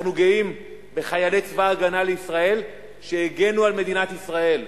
אנחנו גאים בחיילי צבא-הגנה לישראל שהגנו על מדינת ישראל,